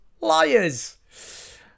LIARS